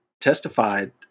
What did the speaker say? testified